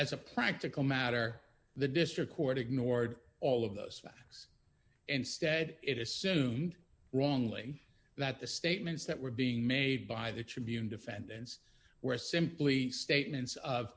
as a practical matter the district court ignored all of those facts instead it assumed wrongly that the statements that were being made by the tribune defendants were simply statements of